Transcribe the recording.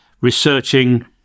researching